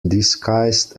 disguised